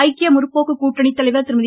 ஐக்கிய முற்போக்கு கூட்டணித்தலைவர் திருமதி